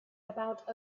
about